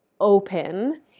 open